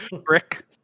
Brick